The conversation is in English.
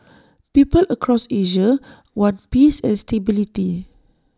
people across Asia want peace and stability